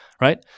Right